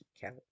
count